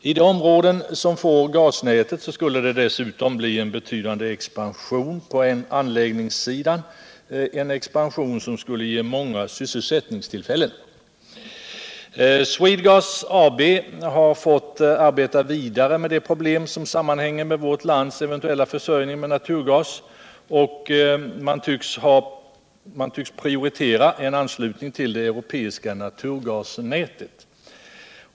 I de områden som får gasnätet skulle det dessutom bli en betydande expansion på anläggningssidan som skulle ge många syssclsättningstillfällen. Energiforskning, med värt lands eventuella försörjning med naturgas. Man tycks prioritera en anslutning ull det europeiska naturgasnätet.